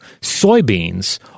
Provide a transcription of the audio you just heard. soybeans